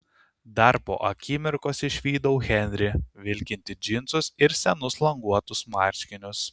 dar po akimirkos išvydau henrį vilkintį džinsus ir senus languotus marškinius